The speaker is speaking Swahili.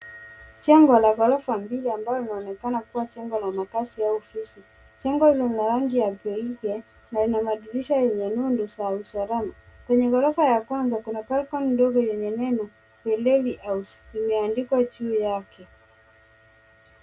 Jengo la ghorofa mbili ambalo linaonekana kuwa jengo la makaazi au ofisi. Jengo lina rangi ya beige na ina madirisha yenye nondo za usalama. Kwenye ghorofa ya kwanza, kuna balcony ndogo yenye neno, weledi House, limeandikwa juu yake.